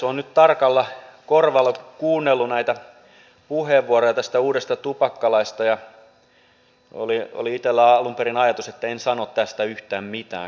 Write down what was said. olen nyt tarkalla korvalla kuunnellut näitä puheenvuoroja tästä uudesta tupakkalaista ja oli itsellä alun perin ajatus että en sano tästä yhtään mitään